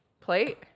plate